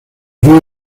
ríos